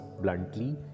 bluntly